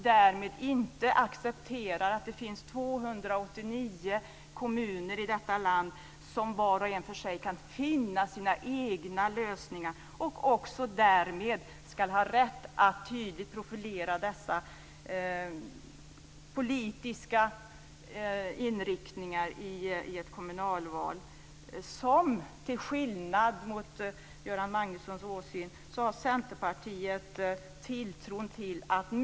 Därmed accepterar man inte att det finns 289 kommuner i detta land som var och en för sig kan finna sina egna lösningar. Därmed ska de också ha rätt att tydligt profilera dessa politiska inriktningar i ett kommunalval. Till skillnad från Göran Magnusson har Centerpartiet tilltro till detta.